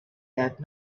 that